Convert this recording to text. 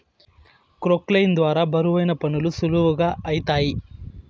క్రొక్లేయిన్ ద్వారా బరువైన పనులు సులువుగా ఐతాయి